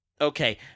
Okay